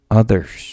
others